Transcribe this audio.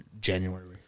January